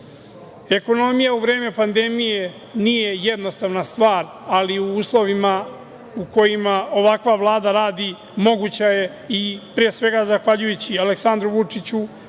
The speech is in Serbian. sigurno. Ekonomija u vreme pandemije nije jednostavna stvar, ali u uslovima u kojima ovakva Vlada radi moguća je i pre svega, zahvaljujući Aleksandru Vučiću,